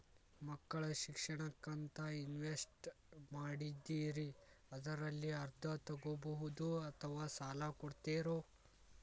ಮಕ್ಕಳ ಶಿಕ್ಷಣಕ್ಕಂತ ಇನ್ವೆಸ್ಟ್ ಮಾಡಿದ್ದಿರಿ ಅದರಲ್ಲಿ ಅರ್ಧ ತೊಗೋಬಹುದೊ ಅಥವಾ ಸಾಲ ಕೊಡ್ತೇರೊ?